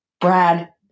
Brad